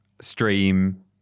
stream